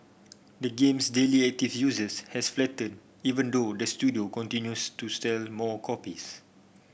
the game's daily active users has flattened even though the studio continues to sell more copies